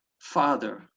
Father